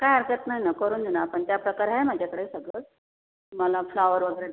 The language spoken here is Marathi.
काय हरकत नाही ना करून देऊ ना आपण त्या प्रकारे आहे माझ्याकडे सगळं तुम्हाला फ्लॉवर वगैरे